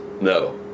No